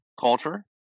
culture